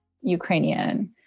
Ukrainian